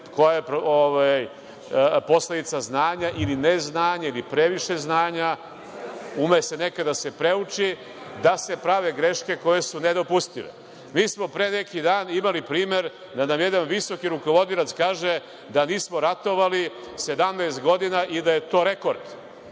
koja je posledica znanja ili neznanja ili previše znanja. Ume nekad da se preuči, da se prave greške koje su nedopustive. Mi smo pre neki dan imali primer da jedan visoki rukovodilac kaže da nismo ratovali 17 godina i da je to rekord.